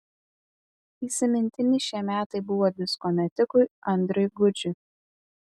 įsimintini šie metai buvo disko metikui andriui gudžiui